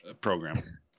program